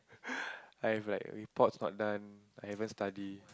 I have like reports not done I haven't study